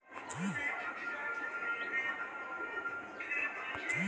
हामी अट्टनता घोंघा आइज तक नी दखिल छि